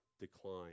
decline